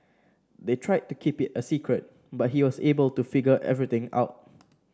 they tried to keep it a secret but he was able to figure everything out